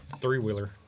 three-wheeler